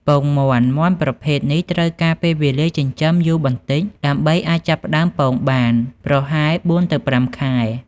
មាន់ពង មាន់ប្រភេទនេះត្រូវការពេលវេលាចិញ្ចឹមយូរបន្តិចដើម្បីអាចចាប់ផ្តើមពងបាន ប្រហែល ៤ ទៅ ៥ ខែ។